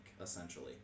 essentially